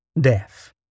death